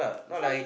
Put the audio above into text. some